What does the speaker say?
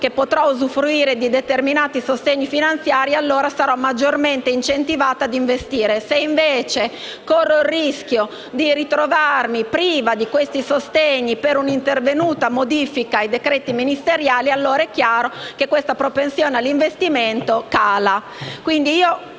che potrò usufruire di determinati sostegni finanziari allora sarò maggiormente incentivata ad investire; se invece corro il rischio di ritrovarmi priva di questi sostegni per un’intervenuta modifica ai decreti ministeriali, allora è chiaro che questa propensione all’investimento cala.